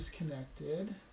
disconnected